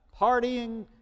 partying